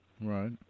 Right